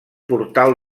portal